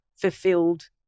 fulfilled